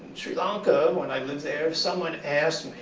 sri lanka, when i lived there, if someone asked me,